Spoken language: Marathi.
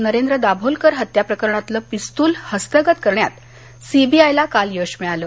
नरेंद्र दाभोलकर हत्या प्रकरणातलं पिस्तूल हस्तगत करण्यात सीबीआयला काल यश मिळालं